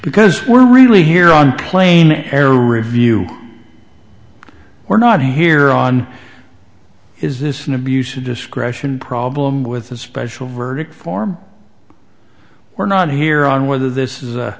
because we're really here on plane air review we're not here on is this an abuse of discretion problem with a special verdict form we're not here on whether this is